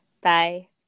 bye